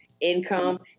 income